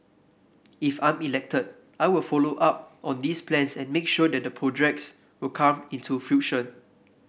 if I'm elected I will follow up on these plans and make sure that the projects will come into fruition